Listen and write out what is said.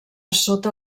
sota